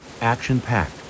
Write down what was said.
action-packed